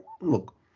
look